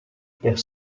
per